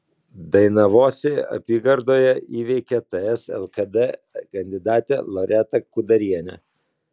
dainavosi apygardoje įveikė ts lkd kandidatę loretą kudarienę